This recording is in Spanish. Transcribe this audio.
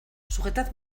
sujetad